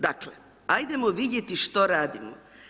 Dakle, ajdemo vidjeti što radimo.